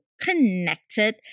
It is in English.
connected